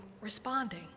responding